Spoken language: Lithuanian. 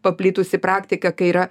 paplitusi praktika kai yra